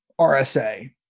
RSA